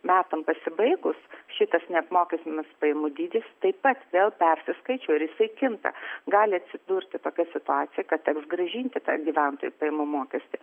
metam pasibaigus šitas neapmokestinamasis pajamų dydis taip pat vėl persiskaičiuoja ir jisai kinta gali atsidurti tokia situacija kad teks grąžinti gyventojų pajamų mokestį